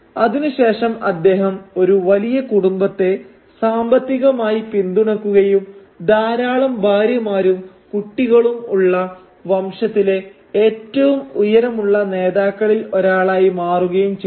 അതിനുശേഷം അദ്ദേഹം ഒരു വലിയ കുടുംബത്തെ സാമ്പത്തികമായി പിന്തുണക്കുകയും ധാരാളം ഭാര്യമാരും കുട്ടികളും ഉള്ള വംശത്തിലെ ഏറ്റവും ഉയരമുള്ള നേതാക്കളിൽ ഒരാളായി മാറുകയും ചെയ്തു